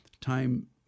time